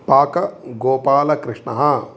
पाकगोपालकृष्णः